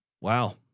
Wow